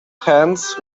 hands